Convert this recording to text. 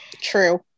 True